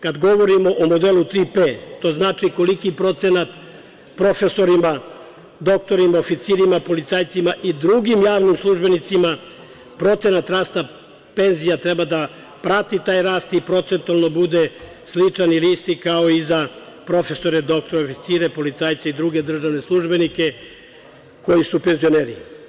Kada govorim o modelu 3P, to znači koliki procenat profesorima, doktorima, oficirima, policajcima i drugim javnim službenicima procenat rasta penzija treba da prati taj rast i procentualno bude sličan ili isti kao i za profesore, doktore, oficire, policajce i druge državne službenije koji su penzioneri.